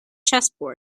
chessboard